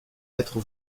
être